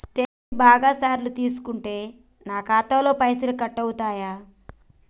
Statement బాగా సార్లు తీసుకుంటే నాకు ఖాతాలో పైసలు కట్ అవుతయా?